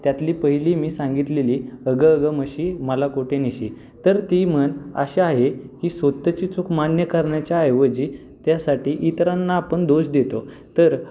त्यातली पहिली मी सांगितलेली अगं अगं म्हशी मला कोठे नेशी तर ती म्हण अशी आहे की स्वतःची चूक मान्य करण्याच्या ऐवजी त्यासाठी इतरांना आपण दोष देतो तर